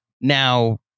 Now